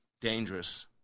dangerous